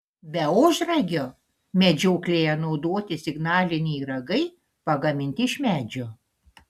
be ožragio medžioklėje naudoti signaliniai ragai pagaminti iš medžio